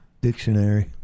dictionary